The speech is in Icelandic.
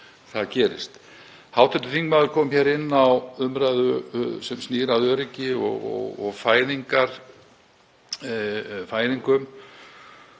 Hv. þingmaður kom inn á umræðu sem snýr að öryggi og fæðingum